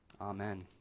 Amen